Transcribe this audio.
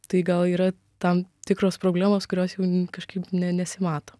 tai gal yra tam tikros problemos kurios jau kažkaip ne nesimato